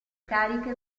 cariche